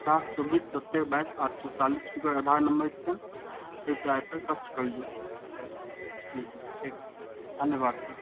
उनचास चौबीस सत्ते बाइस आठ सए चालीस हुनकर आधार नम्बर छनि यू पी आइ पर कष्ट करियौ जी ठीक धन्यवाद सर